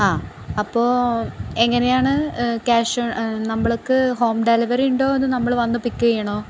അ അപ്പോള് എങ്ങനെയാണ് ക്യാഷ് നമ്മൾക്ക് ഹോം ഡെലിവറിയുണ്ടോ അതോ നമ്മള് വന്ന് പിക്ക് ചെയ്യണോ